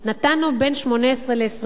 נתנו בין 18 ל-22,